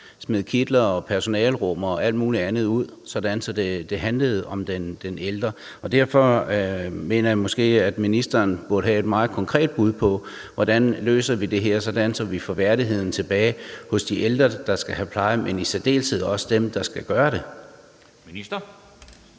smed kitler og personalerum og alt muligt andet ud, sådan at det handlede om de ældre. Derfor mener jeg måske, at ministeren burde have et meget konkret bud på, hvordan vi løser det her, så vi får værdigheden tilbage hos de ældre, der skal have pleje, men i særdeleshed også hos dem, der skal give den? Kl.